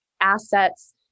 assets